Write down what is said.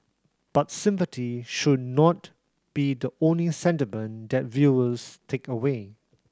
but sympathy should not be the only sentiment that viewers take away